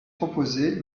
proposées